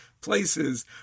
places